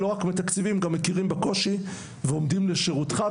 לא רק מתקצבים גם מכירים בקושי ועומדים לשירותך.